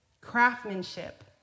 craftsmanship